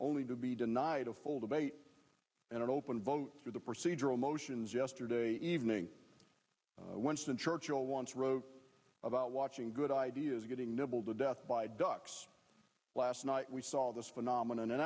only to be denied a full debate and an open vote for the procedural motions yesterday evening once and churchill once wrote about watching good ideas getting nibbled to death by ducks last night we saw this phenomenon